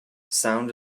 sound